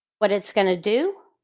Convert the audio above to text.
what it's going to do,